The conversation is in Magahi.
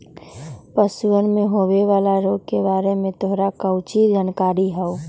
पशुअन में होवे वाला रोग के बारे में तोरा काउची जानकारी हाउ?